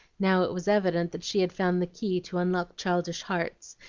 now it was evident that she had found the key to unlock childish hearts,